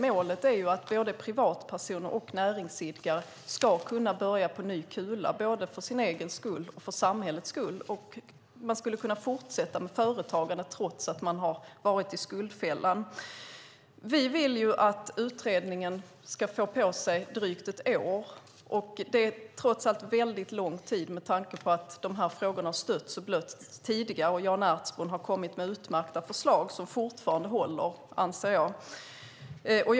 Målet är att både privatpersoner och näringsidkare ska kunna börja på ny kula för sin egen skull och för samhällets skull. Man ska kunna fortsätta med företagandet trots att man har varit i skuldfällan. Vi vill att utredningen ska få drygt ett år på sig. Det är trots allt lång tid med tanke på att de här frågorna har stötts och blötts tidigare och att Jan Ertsborn har kommit med utmärkta förslag som jag anser fortfarande håller.